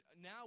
now